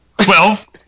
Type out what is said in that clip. Twelve